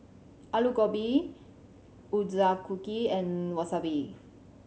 Alu Gobi Ochazuke and Wasabi